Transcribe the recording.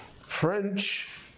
French